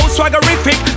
Swaggerific